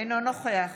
אינו נוכח